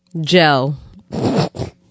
Gel